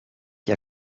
che